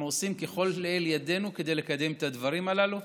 אנחנו עושים כל שלאל ידנו כדי לקדם את הדברים הללו.